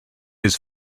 his